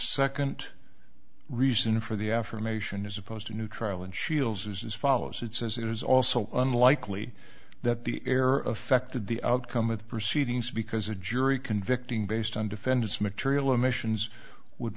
second reason for the affirmation as opposed to neutral and shiels is as follows it says it is also unlikely that the error affected the outcome of the proceedings because a jury convicting based on defendant's material emissions would